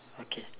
okay